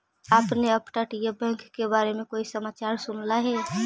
आपने अपतटीय बैंक के बारे में कोई समाचार सुनला हे